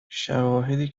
شواهدی